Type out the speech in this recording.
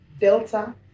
Delta